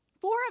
Four